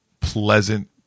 pleasant